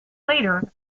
leader